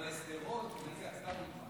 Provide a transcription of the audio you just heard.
אבל לשדרות, נניח,